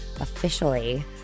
officially